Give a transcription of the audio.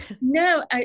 No